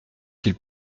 qu’il